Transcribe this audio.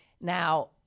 now